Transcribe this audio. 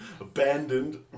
abandoned